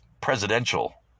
presidential